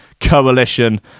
coalition